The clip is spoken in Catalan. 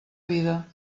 vida